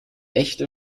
echte